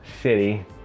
city